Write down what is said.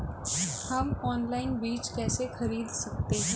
हम ऑनलाइन बीज कैसे खरीद सकते हैं?